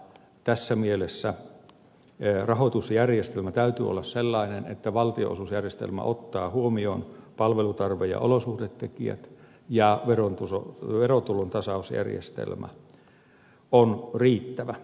tässä mielessä rahoitusjärjestelmän täytyy olla sellainen että valtionosuusjärjestelmä ottaa huomioon palvelutarve ja olosuhdetekijät ja verotulontasausjärjestelmä on riittävä